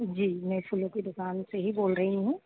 जी मैं फूलों की दुकान से ही बोल रही हूँ